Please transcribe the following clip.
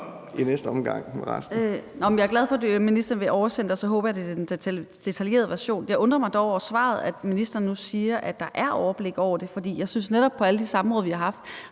i næste omgang